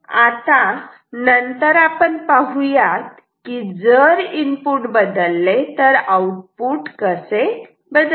आता नंतर आपण पाहूयात की जर इनपुट बदलले तर आउटपुट कसे बदलते